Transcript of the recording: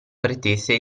pretese